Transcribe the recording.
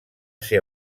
ser